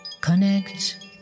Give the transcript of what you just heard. connect